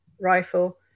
rifle